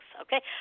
okay